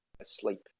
asleep